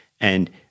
and-